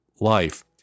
life